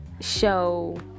show